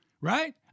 right